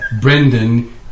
Brendan